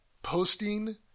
posting